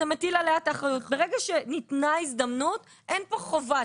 אז הפרקליטות תהיה אחראית מהרגע שניתנת הכרעת הדין לעדכן,